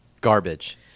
Garbage